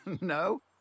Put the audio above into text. No